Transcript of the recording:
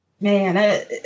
man